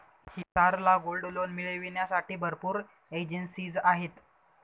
हिसार ला gold loan मिळविण्यासाठी भरपूर एजेंसीज आहेत